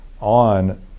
on